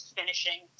finishing